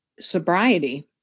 sobriety